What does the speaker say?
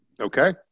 Okay